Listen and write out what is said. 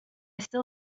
still